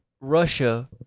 Russia